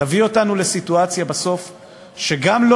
תביא אותנו בסוף לסיטואציה שגם לא